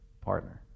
partner